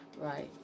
right